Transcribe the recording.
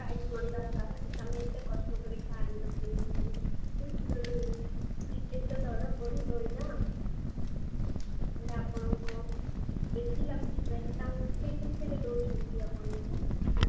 price ବଢ଼ିବାର କାରଣ ଆମେ ଏତେ କଷ୍ଟ କରିକି ଆଣିଲୁ କିଣିକି ଟିକେ ତ ଦର ବଢ଼ିବ ଏନା ହେଲେ ଆପଣଙ୍କ ବେଶି ଲାଗୁଛି ପ୍ରାଇସ ତାଙ୍କେ କେତେରେ ଦେଉଛନ୍ତି ଆପଣଙ୍କୁ